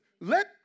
let